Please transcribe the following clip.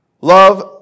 Love